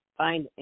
find